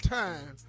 time